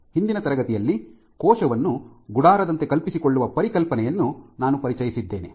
ಹಿಂದಿನ ತರಗತಿಯಲ್ಲಿ ಕೋಶವನ್ನು ಗುಡಾರದಂತೆ ಕಲ್ಪಿಸಿಕೊಳ್ಳುವ ಪರಿಕಲ್ಪನೆಯನ್ನು ನಾವು ಪರಿಚಯಿಸಿದ್ದೇವೆ